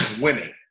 winning